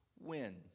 win